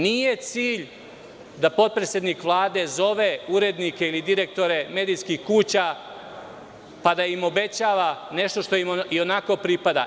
Nije cilj da potpredsednik Vlade zove urednike ili direktore medijskih kuća, pa da im obećava nešto što im i onako pripada.